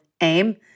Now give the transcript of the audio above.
aim